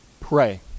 pray